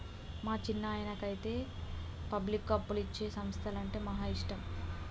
మా చిన్నాయనకైతే పబ్లిక్కు అప్పులిచ్చే సంస్థలంటే మహా ఇష్టం